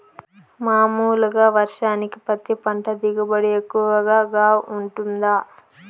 మామూలుగా వర్షానికి పత్తి పంట దిగుబడి ఎక్కువగా గా వుంటుందా?